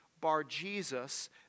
Bar-Jesus